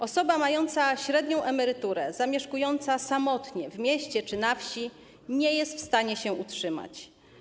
Osoba mająca średnią emeryturę, mieszkająca samotnie w mieście czy na wsi, nie jest w stanie się utrzymać.